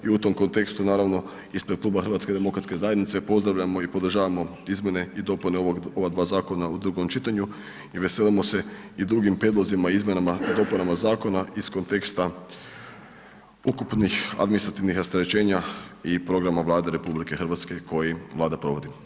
I u tom kontekstu naravno ispred kluba HDZ-a pozdravljamo i podržavamo izmjene i dopune ova dva zakona u drugom čitanju i veselimo se i drugim prijedlozima izmjenama i dopunama zakona iz konteksta ukupnih administrativnih rasterećenja i programa Vlade RH koji Vlada provodi.